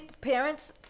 parents